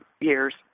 years